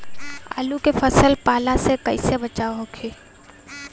आलू के फसल के पाला से कइसे बचाव होखि?